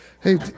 hey